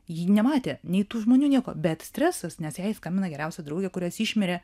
ji nematė nei tų žmonių nieko bet stresas nes jai skambina geriausia draugė kurios išmirė